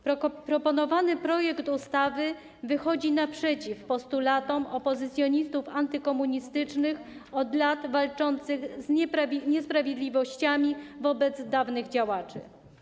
Proponowany projekt ustawy wychodzi naprzeciw postulatom opozycjonistów antykomunistycznych od lat walczących z niesprawiedliwościami wobec dawnych działaczy.